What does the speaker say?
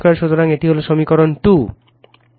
সুতরাং এটি হল সমীকরণ 2